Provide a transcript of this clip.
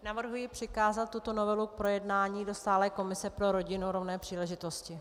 Navrhuji přikázat tuto novelu k projednání do stálé komise pro rodinu, rovné příležitosti.